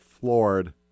floored